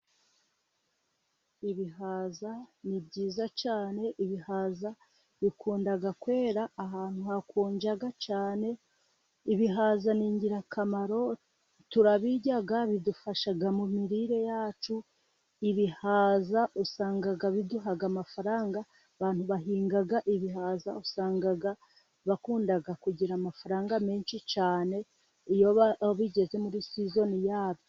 Ibihaza ni byiza cyane, ibihaza bikunda kwera ahantu hakonja cyane. Ibihaza ni ingirakamaro turabirya, bidufasha mu mirire yacu. Ibihaza usanga biduha amafaranga, abantu bahinga ibihaza usanga bakunda kugira amafaranga menshi cyane, iyo bigeze muri sizoni yabyo.